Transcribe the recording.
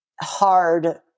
hard